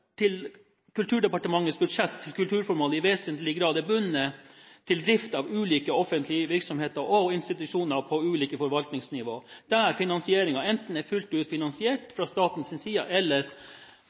Kulturdepartementets budsjett til kulturformål i vesentlig grad er bundet til drift av ulike offentlige virksomheter og institusjoner på ulike forvaltningsnivå, som enten er fullt ut finansiert